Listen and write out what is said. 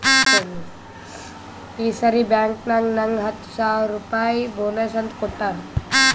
ಈ ಸರಿ ಬ್ಯಾಂಕ್ನಾಗ್ ನಂಗ್ ಹತ್ತ ಸಾವಿರ್ ರುಪಾಯಿ ಬೋನಸ್ ಅಂತ್ ಕೊಟ್ಟಾರ್